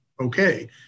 okay